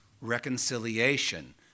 reconciliation